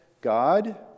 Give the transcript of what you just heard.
God